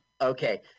Okay